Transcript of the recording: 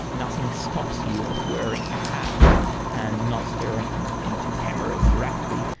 nothing stops you of wearing a hat and not staring into cameras directly.